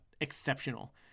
exceptional